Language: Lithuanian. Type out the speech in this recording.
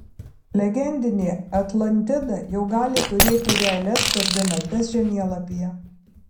legendinė atlantida jau gali turėti realias koordinates žemėlapyje